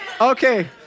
Okay